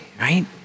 right